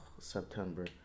September